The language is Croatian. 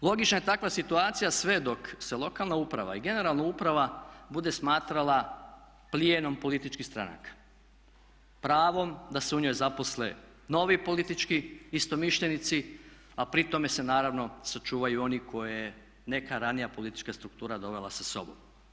Logična je takva situacija sve dok se lokalna uprava i generalno uprava bude smatrala plijenom političkih stranaka, pravom da se u njoj zaposle novi politički istomišljenici a pri tome se naravno sačuvaju oni koje je neka ranija politička struktura dovela sa sobom.